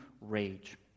rage